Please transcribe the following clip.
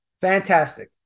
Fantastic